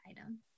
item